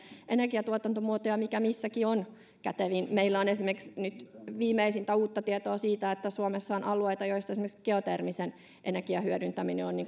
energiantuotantomuotoja mikä missäkin on kätevin meillä on esimerkiksi nyt viimeisintä uutta tietoa siitä että suomessa on alueita joissa esimerkiksi geotermisen energian hyödyntäminen on